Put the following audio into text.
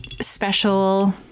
special